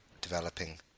developing